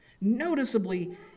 noticeably